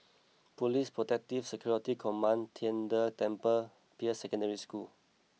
Police Protective Security Command Tian De Temple Peirce Secondary School